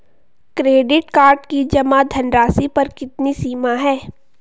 Credit card की जमा धनराशि पर कितनी सीमा है?